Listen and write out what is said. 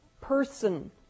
person